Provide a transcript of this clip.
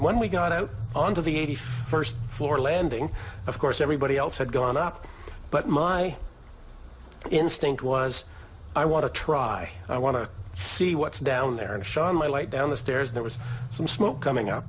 when we got out onto the eighty first floor landing of course everybody else had gone up but my instinct was i want to try i want to see what's down there and shine my light down the stairs there was some smoke coming